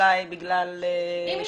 אולי בגלל שתיה.